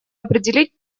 определить